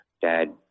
Dad